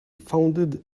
founded